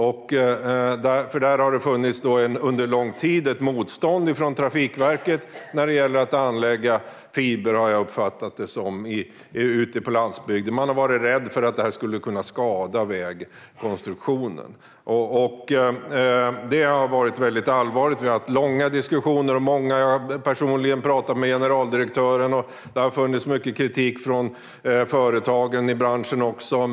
Jag har uppfattat det som att det under lång tid har funnits ett motstånd från Trafikverket när det gäller att anlägga fiber ute på landsbygden. Man har varit rädd för att det skulle kunna skada vägkonstruktionen. Det har varit allvarligt. Vi har haft långa och många diskussioner. Jag har personligen pratat med generaldirektören, och det har funnits mycket kritik från företagen i branschen.